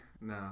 No